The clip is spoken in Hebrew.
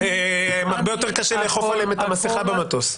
הרבה יותר קשה לאכוף עליהם את המסכה במטוס.